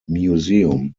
museum